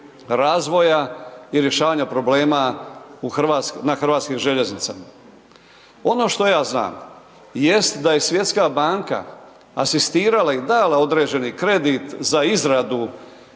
razvoja i rješavanja problema u, na Hrvatskim željeznicama. Ono što ja znam jest, da je Svjetska banka asistirala i dala određeni kredit za izradu